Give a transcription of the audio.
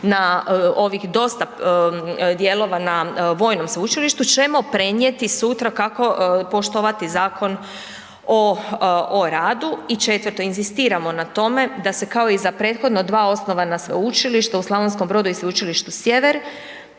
na ovih dosta dijelova na vojnom sveučilištu ćemo prenijeti sutra kako poštovati Zakon o, o radu. I četvrto, inzistiramo na tome da se kao i za prethodno dva osnovana Sveučilište u Slavonskom Brodu i Sveučilištu Sjever